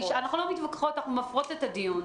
אנחנו לא מתווכחות, אנחנו מפרות את הדיון.